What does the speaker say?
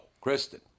Kristen